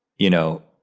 you know,